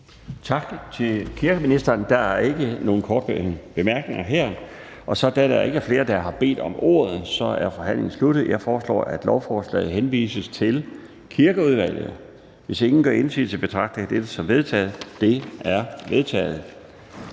Tak til kirkeministeren. Der er ikke nogen korte bemærkninger her. Da der ikke er flere, der har bedt om ordet, er forhandlingen sluttet. Jeg foreslår, at lovforslaget henvises til Kirkeudvalget. Hvis ingen gør indsigelse, betragter jeg dette som vedtaget. Det er vedtaget.